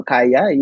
Kaya